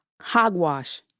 Hogwash